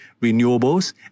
renewables